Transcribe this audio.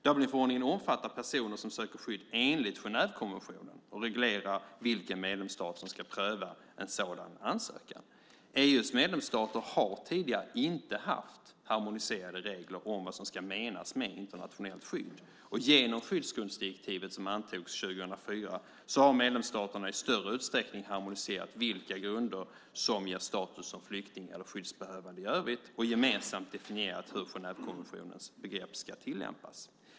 Dublinförordningen omfattar personer som söker skydd enligt Genèvekonventionen och reglerar vilken medlemsstat som ska pröva en sådan ansökan. EU:s medlemsstater har tidigare inte haft harmoniserade regler om vad som ska menas med internationellt skydd. Genom skyddsgrundsdirektivet som antogs 2004 har medlemsstaterna i större utsträckning harmoniserat vilka grunder som ger status som flykting eller skyddsbehövande i övrigt och gemensamt definierat hur Genèvekonventionens begrepp ska tillämpas.